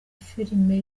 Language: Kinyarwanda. filime